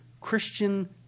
Christian